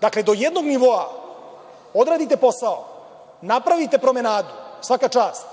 Dakle, do jednog nivoa odradite posao, napravite promenadu, svaka čast,